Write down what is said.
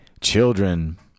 Children